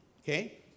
okay